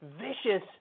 vicious